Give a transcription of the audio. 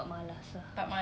but malas ah